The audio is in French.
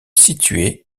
située